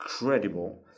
incredible